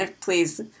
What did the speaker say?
please